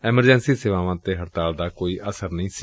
emergency ਸੇਵਾਵਾਂ ਤੇ ਹੜਤਾਲ ਦਾ ਕੋਈ ਅਸਰ ਨਹੀਂ ਏ